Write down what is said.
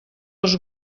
els